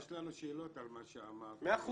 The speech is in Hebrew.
יש לנו שאלות על מה שאמר --- מאה אחוז,